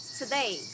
today